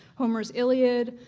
homer's iliad,